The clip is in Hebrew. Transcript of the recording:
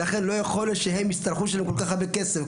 ולכן לא יכול להיות שהם יצטרכו לשלם כל כך הרבה כסף.